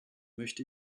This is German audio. möchte